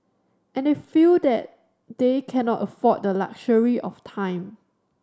and they feel that they cannot afford the luxury of time